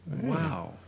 Wow